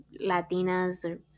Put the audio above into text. Latinas